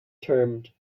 termed